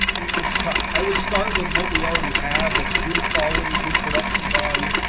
it's tough. i would start with what we already have that's good quality, good production value.